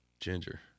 Ginger